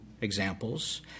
examples